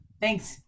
Thanks